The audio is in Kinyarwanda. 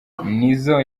nizzo